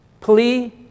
plea